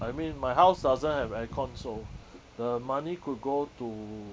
I mean my house doesn't have aircon so the money could go